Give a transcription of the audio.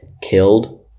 killed